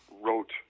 wrote